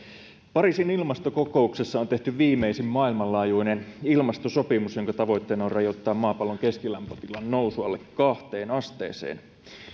pariisin ilmastokokouksessa on tehty viimeisin maailmanlaajuinen ilmastosopimus jonka tavoitteena on rajoittaa maapallon keskilämpötilan nousu alle kahteen asteeseen